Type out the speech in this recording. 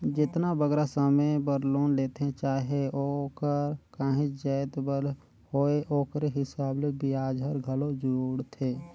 जेतना बगरा समे बर लोन लेथें चाहे ओहर काहींच जाएत बर होए ओकरे हिसाब ले बियाज हर घलो जुड़थे